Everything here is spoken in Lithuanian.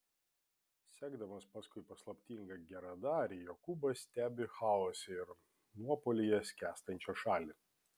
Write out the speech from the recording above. sekdamas paskui paslaptingą geradarį jokūbas stebi chaose ir nuopuolyje skęstančią šalį